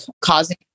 causing